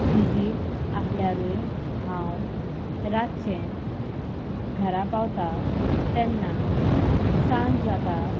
busy आहल्यारूय हांव रातचें घरा पावता तेन्ना सांज जाता